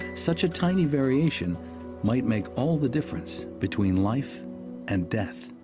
such a tiny variation might make all the difference between life and death.